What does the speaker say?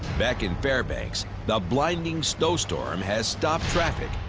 back in fairbanks, the blinding snowstorm has stopped traffic,